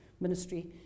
ministry